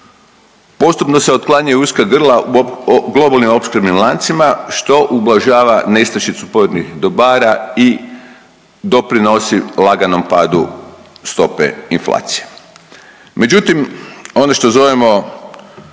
Postupno se otklanjaju uska grla u globalnim opskrbnim lancima, što ublažava nestašicu pojedinih dobara i doprinosi laganom padu stope inflacije.